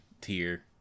tier